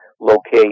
locate